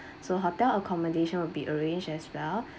so hotel accommodation will be arranged as well